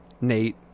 Nate